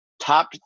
top